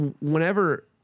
Whenever